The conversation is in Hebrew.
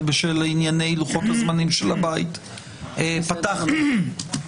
אבל בשל ענייני לוחות-הזמנים של הבית פתחנו בכך.